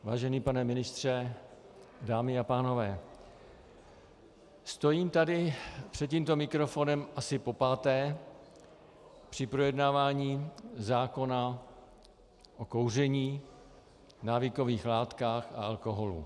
Vážený pane ministře, dámy a pánové, stojím tady před tímto mikrofonem asi popáté při projednávání zákona o kouření, návykových látkách a alkoholu.